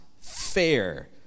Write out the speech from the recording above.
fair